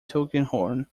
tulkinghorn